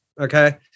Okay